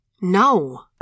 No